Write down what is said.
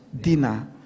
dinner